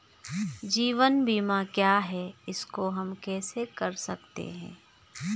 जीवन बीमा क्या है इसको हम कैसे कर सकते हैं?